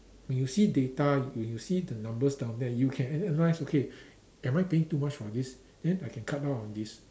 when you see data you you see the numbers down there you can analyse okay am I paying too much for this then I can cut down on this